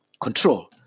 control